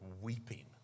weeping